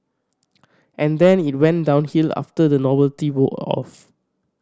and then it went downhill after the novelty wore off